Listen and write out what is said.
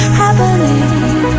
happening